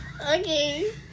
okay